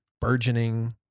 burgeoning